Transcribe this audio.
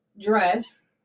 Dress